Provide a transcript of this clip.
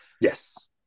Yes